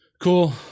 Cool